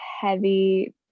heavy